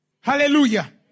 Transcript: Hallelujah